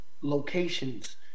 locations